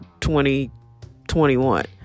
2021